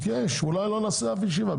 אולי לא נעשה אף ישיבה.